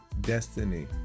destiny